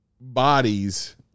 bodies